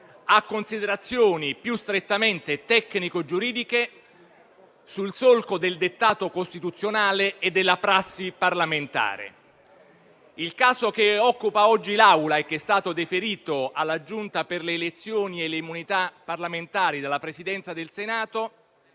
a considerazioni più strettamente tecnico giuridiche, sul solco del dettato costituzionale e della prassi parlamentare. Il caso che occupa oggi l'Assemblea e che è stato deferito alla Giunta delle elezioni e delle immunità parlamentari dalla Presidenza del Senato